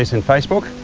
in facebook.